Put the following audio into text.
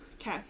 Okay